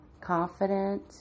confident